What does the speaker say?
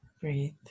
Breathe